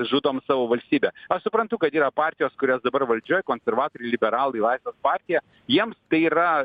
žudom savo valstybę aš suprantu kad yra partijos kurios dabar valdžioj konservatoriai liberalai laisvės partija jiems tai yra